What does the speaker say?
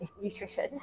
nutrition